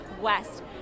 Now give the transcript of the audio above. West